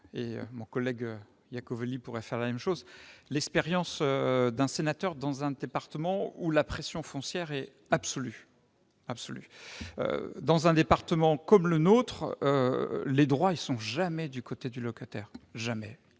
mon collègue Xavier Iacovelli pourrait en faire autant -de l'expérience d'un sénateur dans un département où la pression foncière est absolue. Dans un département comme le nôtre, les droits ne sont jamais du côté du locataire, ils